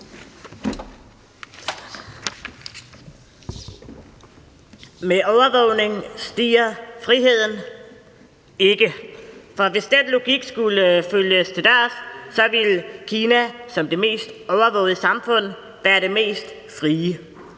Med overvågning stiger friheden ikke. For hvis den logik skulle følges til dørs, ville Kina som det mest overvågede samfund være det mest frie,